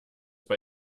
bei